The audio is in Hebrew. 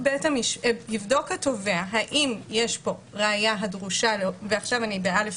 -- יבדוק התובע האם יש פה ראיה הדרושה עכשיו אני ב-(א),